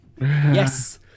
yes